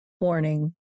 Warning